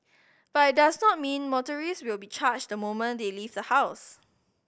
but it does not mean motorist will be charged the moment they leave the house